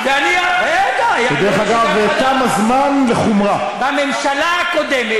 הרי אחת מהשתיים: אם החרדים לא רוצים לעבוד,